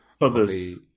others